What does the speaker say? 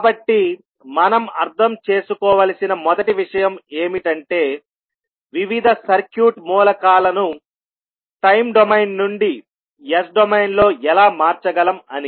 కాబట్టి మనం అర్థం చేసుకోవలసిన మొదటి విషయం ఏమిటంటే వివిధ సర్క్యూట్ మూలకాలను టైమ్ డొమైన్ నుండి S డొమైన్ లో ఎలా మార్చగలం అని